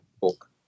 book